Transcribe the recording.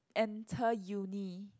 enter uni